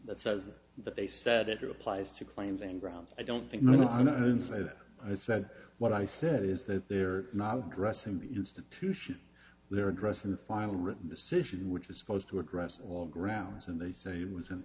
that says that they said it applies to claims and grounds i don't think no i don't say that i said what i said is that they're not dressing the institution they're addressing the final written decision which is supposed to address all grounds and they say it was an